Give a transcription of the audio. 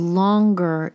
longer